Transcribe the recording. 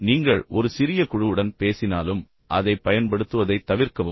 இப்போது நீங்கள் ஒரு சிறிய குழுவுடன் பேசினாலும் அதைப் பயன்படுத்துவதைத் தவிர்க்கவும்